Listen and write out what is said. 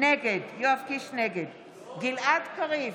נגד גלעד קריב,